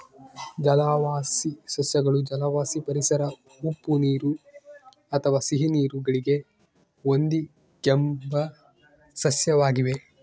ಜಲವಾಸಿ ಸಸ್ಯಗಳು ಜಲವಾಸಿ ಪರಿಸರ ಉಪ್ಪುನೀರು ಅಥವಾ ಸಿಹಿನೀರು ಗಳಿಗೆ ಹೊಂದಿಕೆಂಬ ಸಸ್ಯವಾಗಿವೆ